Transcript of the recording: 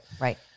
right